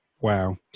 wow